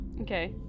okay